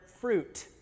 fruit